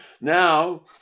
now